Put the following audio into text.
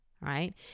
right